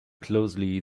closely